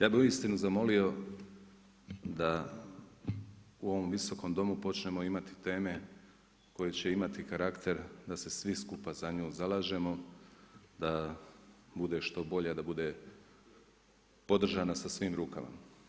Ja bi uistinu zamolio da u ovom Visokom domu počnemo imati teme koje će imati karakter da se svi skupa za nju zalažemo, da bude što bolje, da bude podržana sa svim rupama.